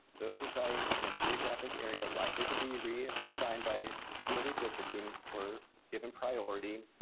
those residing in a geographic area likely to be reassigned by school redistricting were given priority,